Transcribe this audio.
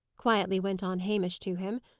quietly went on hamish to him,